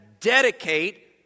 dedicate